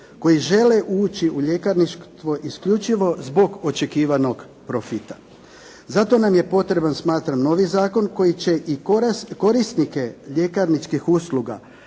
koji žele uči u ljekarništvo isključivo zbog očekivanog profita. Zato nam je potreban smatram novi zakon koji će i korisnike ljekarničkih usluga,